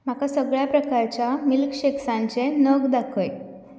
म्हाका सगळ्या प्रकारच्या मिल्कशेक्सांचे नग दाखय